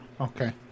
Okay